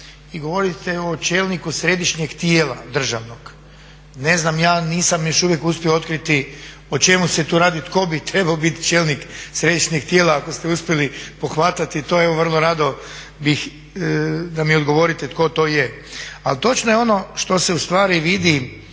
i govorite o čelniku središnjeg tijela državnog. Ne znam, ja nisam još uvijek uspio otkriti o čemu se tu radi, tko bi trebao biti čelnik središnjeg tijela ako ste uspjeli pohvatati, to evo vrlo rado bih da mi odgovorite tko to je. Ali točno je ono što se ustvari vidi